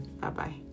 Bye-bye